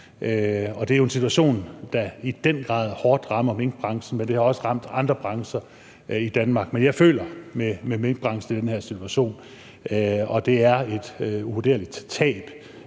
Det er jo en situation, der i den grad rammer minkbranchen hårdt, men det har også ramt andre brancher i Danmark. Jeg føler med minkbranchen i den her situation, og det er et uvurderligt tab,